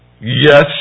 Yes